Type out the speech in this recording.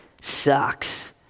sucks